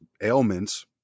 ailments